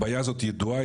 הבעיה הזאת ידועה,